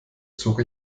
zog